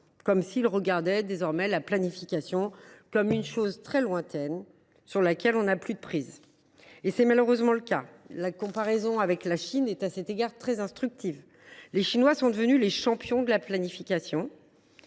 comme s’il regardait désormais la planification comme une chose très lointaine, sur laquelle on n’aurait plus prise. C’est malheureusement le cas. La comparaison avec la Chine est, à cet égard, très instructive. Les Chinois sont devenus les champions de la planification.